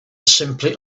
simply